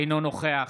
אינו נוכח